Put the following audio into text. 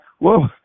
whoa